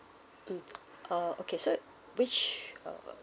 mm uh okay so which uh